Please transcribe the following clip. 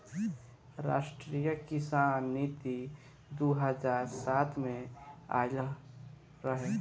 राष्ट्रीय किसान नीति दू हज़ार सात में आइल रहे